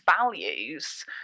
values